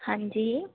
आं जी